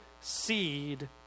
seed